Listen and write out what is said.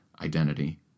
identity